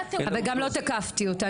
וגם לא תקפתי אותה,